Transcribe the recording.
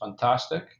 fantastic